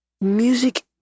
music